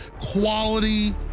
quality